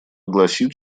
гласит